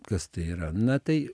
kas tai yra na tai